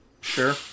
sure